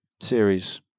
series